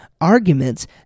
arguments